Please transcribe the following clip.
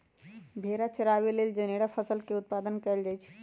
भेड़ा चराबे लेल जनेरा फसल के उत्पादन कएल जाए छै